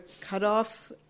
cutoff –